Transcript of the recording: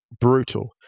brutal